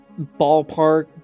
ballpark